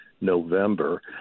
November